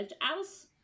house